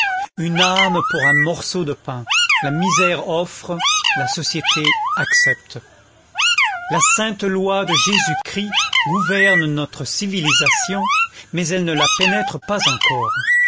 une âme pour un morceau de pain la misère offre la société accepte la sainte loi de jésus-christ gouverne notre civilisation mais elle ne la pénètre pas encore